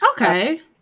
okay